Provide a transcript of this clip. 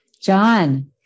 John